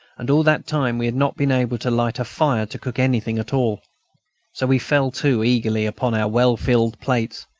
and all that time we had not been able to light a fire to cook anything at all. so we fell to eagerly upon our well-filled plates.